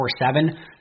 24-7